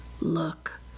look